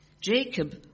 Jacob